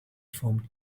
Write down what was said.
formed